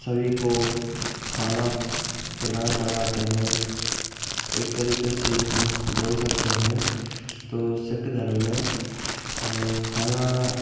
सभी को खाना प्रदान करवाते हैं एक तरीके से हम बोल सकते हैं तो सिख धर्म में खाना